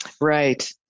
Right